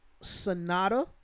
Sonata